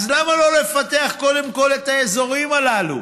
אז למה לא לפתח קודם כול את האזורים הללו?